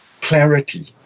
clarity